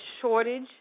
shortage